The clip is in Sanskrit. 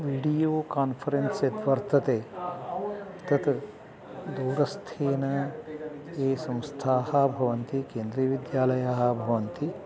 वीडियो कान्फ़रेन्स् यद्वर्तते तत् दूरस्थेन ये संस्थाः भवन्ति केन्द्रीयविद्यालयाः भवन्ति